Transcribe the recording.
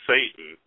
Satan